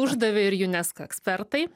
uždavė ir unesco ekspertai